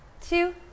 two